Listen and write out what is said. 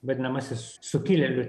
vadinamasis sukilėlių